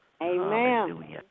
Amen